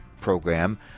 program